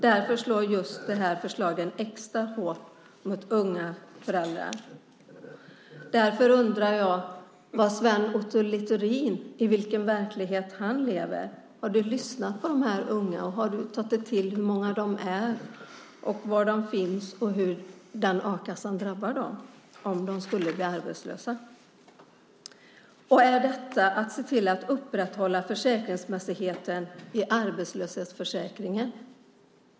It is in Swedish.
Därför slår just de här förslagen extra hårt mot unga föräldrar, och därför undrar jag i vilken verklighet Sven Otto Littorin lever. Har du lyssnat på dessa unga, och har du tagit till dig hur många de är, var de finns och hur den här a-kassan drabbar dem om de blir arbetslösa? Är detta att se till att upprätthålla försäkringsmässigheten i arbetslöshetsförsäkringen?